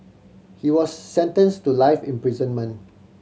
he was sentence to life imprisonment